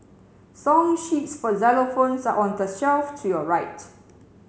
song sheets for xylophones are on the shelf to your right